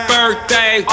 Birthday